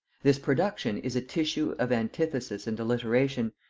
this production is a tissue of antithesis and alliteration,